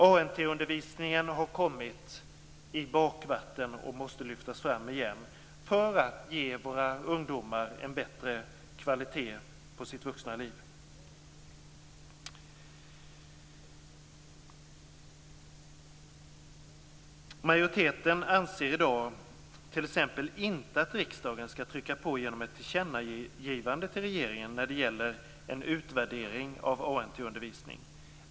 ANT-undervisningen har kommit i bakvatten och måste lyftas fram igen för att kunna ge våra ungdomar bättre kvalitet i sitt vuxna liv. Majoriteten anser i dag att riksdagen inte skall trycka på med hjälp av ett tillkännnagivande till regeringen när det gäller en utvärdering av ANT undervisning.